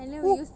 !woo!